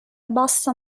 bassa